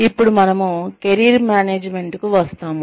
ఇప్పుడు మనము కెరీర్ మేనేజ్మెంట్కు వస్తాము